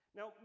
Now